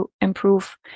improve